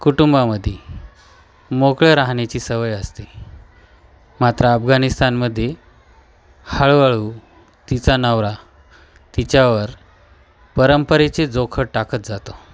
कुटुंबामध्ये मोकळं राहण्याची सवय असते मात्र अफगाणिस्तानमध्ये हळूहळू तिचा नवरा तिच्यावर परंपरेचे जोखड टाकत जातो